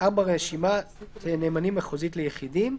(3)רשימת נאמנים מחוזית לתאגידים,